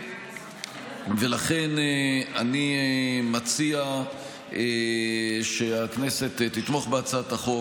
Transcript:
ולכן אני מציע שהכנסת תתמוך בהצעת החוק.